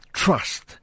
trust